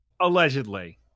Allegedly